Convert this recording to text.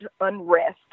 unrest